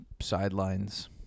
sidelines